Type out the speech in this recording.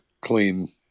clean